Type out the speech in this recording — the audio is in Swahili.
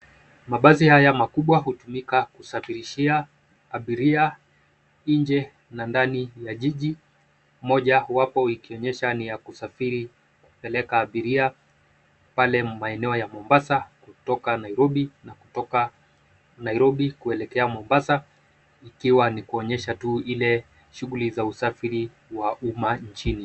Mabasi haya makubwa hutumika kusafirishia abiria, nje na ndani ya jiji mojawapo ikionyesha ni ya kusafiri kupeleka abiria pale maeneo ya Mombasa na kutoka Nairobi na kutoka Nairobi kuelekea Mombasa ikiwa ni kuonyesha tu ile shughuli za usafiri wa uma nchini.